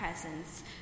presence